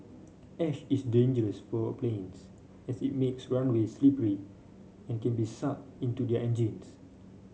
ash is dangerous for planes as it makes runway slippery and can be sucked into their engines